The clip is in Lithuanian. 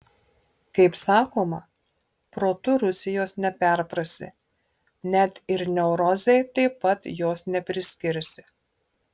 kaip sakoma protu rusijos neperprasi bet ir neurozei taip pat jos nepriskirsi